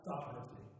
sovereignty